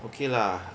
okay lah